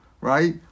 right